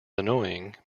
annoying